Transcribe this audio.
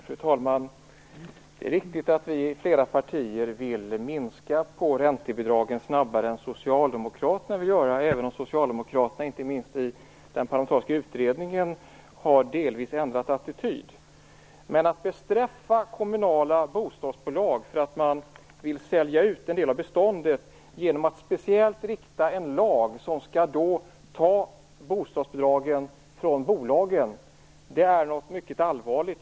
Fru talman! Det är riktigt att det är flera partier som vill minska räntebidragen snabbare än vad Socialdemokraterna vill. Dock har socialdemokraterna, inte minst i den parlamentariska utredningen, delvis ändrat attityd. Men att bestraffa kommunala bostadsbolag för att de vill sälja ut en del av beståndet genom att speciellt rikta en lag som tar bostadsbidragen från bolagen är mycket allvarligt.